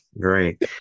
great